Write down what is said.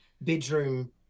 bedroom